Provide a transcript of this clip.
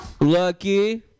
Lucky